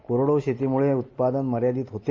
कोरडवाह शेतीम्ळे उत्पादन मर्यादीत होते